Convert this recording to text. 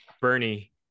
bernie